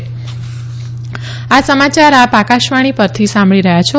corona appeal આ સમાચાર આપ આકાશવાણી પરથી સાંભળી રહ્યા છો